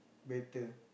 better